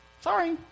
sorry